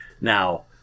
Now